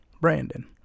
Brandon